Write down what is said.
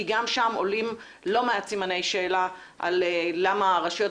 גם שם עולים לא מעט סימני שאלה על למה רשויות